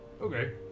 Okay